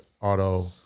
auto